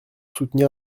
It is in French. soutenir